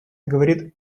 говорит